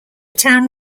town